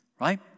Right